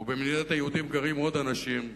ובמדינת היהודים גרים עוד אנשים,